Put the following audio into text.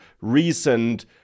recent